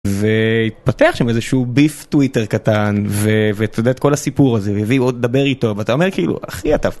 והתפתח שם איזה שהוא ביף טוויטר קטן ואתה יודע את כל הסיפור הזה והוא הביא עוד לדבר איתו, ואתה אומר כאילו אחי אתה.